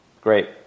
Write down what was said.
great